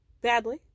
badly